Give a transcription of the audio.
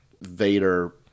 Vader